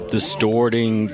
Distorting